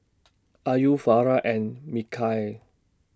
Ayu Farah and Mikhail